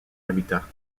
habitat